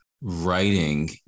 writing